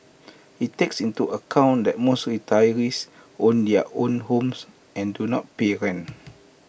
IT takes into account that most retirees own their own homes and do not pay rent